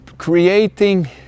creating